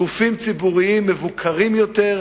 גופים ציבוריים מבוקרים יותר,